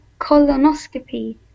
colonoscopy